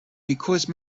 because